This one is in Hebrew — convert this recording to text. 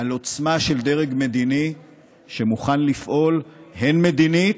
על עוצמה של דרג מדיני שמוכן לפעול, הן מדינית,